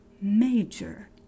major